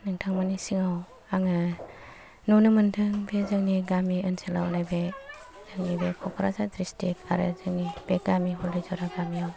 नोंथांमोननि सिगांआव आङो नुनो मोनदों बे जोंनि गामि ओनसोलाव नैबे जोंनि बे क'क्राझार दिस्ट्रिक्ट आरो जोंनि बे गामि हलायजरा गामियाव